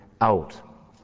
out